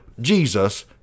Jesus